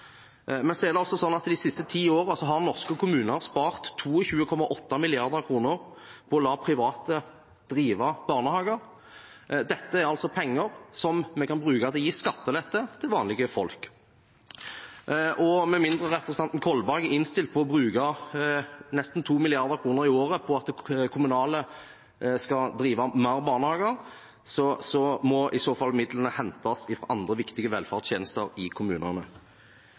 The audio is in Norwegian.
De siste ti årene har norske kommuner spart 22,8 mrd. kr på å la private drive barnehager. Dette er altså penger som vi kan bruke til å gi skattelette til vanlige folk. Med mindre representanten Kolberg er innstilt på å bruke nesten 2 mrd. kr i året på at kommunene skal drive flere barnehager, må i så fall midlene hentes fra andre viktige velferdstjenester i kommunene.